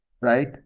right